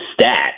stat